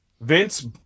Vince